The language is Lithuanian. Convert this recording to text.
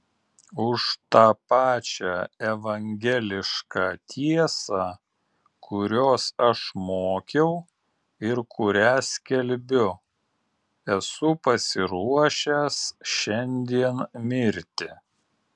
už tą pačią evangelišką tiesą kurios aš mokiau ir kurią skelbiu esu pasiruošęs šiandien mirti